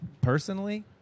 personally